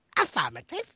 Affirmative